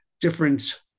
different